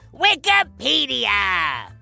Wikipedia